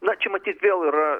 na čia matyt vėl yra